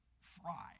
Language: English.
fry